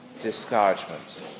discouragement